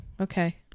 okay